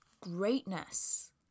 Greatness